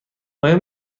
آیا